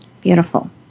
Beautiful